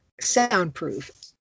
soundproof